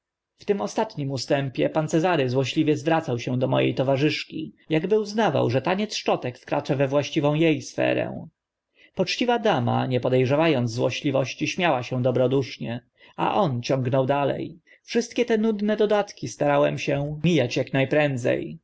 w tym ostatnim ustępie pan cezary złośliwie zwracał się do mo e towarzyszki akby uznawał że taniec szczotek wkracza we właściwą e sferę poczciwa dama nie pode rzywa ąc złośliwości śmiała się dobrodusznie a on ciągnął dale wszystkie te nudne dodatki starałem się mijać ak na